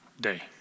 day